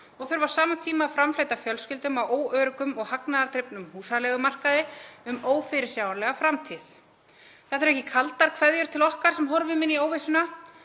og þurfa á sama tíma að framfleyta fjölskyldum á óöruggum og hagnaðardrifnum húsaleigumarkaði um ófyrirsjáanlega framtíð. Þetta eru ekki kaldar kveðju til okkar sem horfum inn í óvissuna,